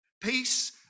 Peace